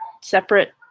separate